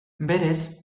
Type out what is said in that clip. berez